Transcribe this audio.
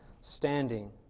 standing